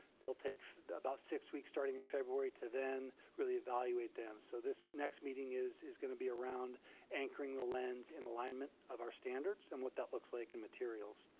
they'll take about six weeks, starting and february to then, really evaluate them. so this next meeting is is gonna be around anchoring the lens in alignment of our standards and what that looks like in materials,